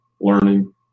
learning